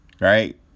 right